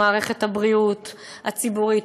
במערכת הבריאות הציבורית,